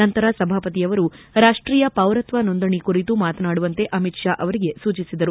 ನಂತರ ಸಭಾಪತಿಯವರು ರಾಷ್ಷೀಯ ಪೌರತ್ವ ನೋಂದಣಿ ಕುರಿತು ಮಾತನಾಡುವಂತೆ ಅಮಿತ್ ಷಾ ಅವರಿಗೆ ಸೂಚಿಸಿದರು